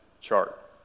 chart